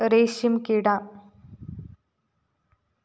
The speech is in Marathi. रेशीमकिडा